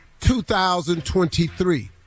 2023